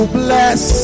bless